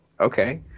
Okay